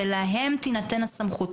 ולהם תינתן הסמכות,